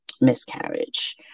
miscarriage